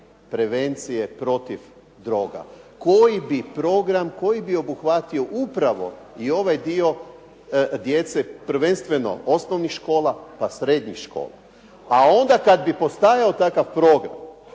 prevencije protiv droga koji bi program, koji bi obuhvatio upravo i ovaj dio djece, prvenstveno osnovnih škola, pa srednjih škola. A onda kad bi postajao takav program.